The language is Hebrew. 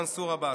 מנסור עבאס.